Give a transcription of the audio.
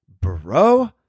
Bro